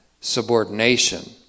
subordination